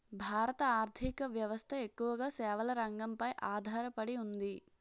భారత ఆర్ధిక వ్యవస్థ ఎక్కువగా సేవల రంగంపై ఆధార పడి ఉంది